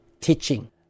teaching